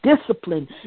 discipline